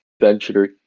venture